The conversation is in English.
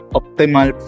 optimal